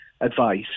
advice